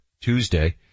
Tuesday